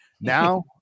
Now